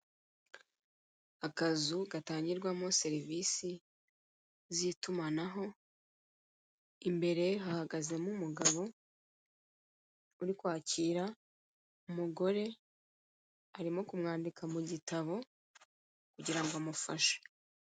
Akazu gatangirwamo service zitumanaho, imbere hahagazemo umugabo uri kwakira umugore arimo kumwandika mu gitabo kugira ngo amufashe.